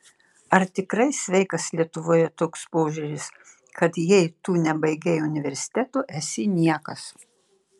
ar tikrai sveikas lietuvoje toks požiūris kad jei tu nebaigei universiteto esi niekas